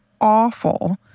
awful